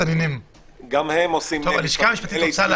בבקשה.